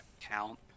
count